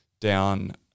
down